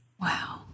Wow